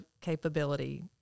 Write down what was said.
capability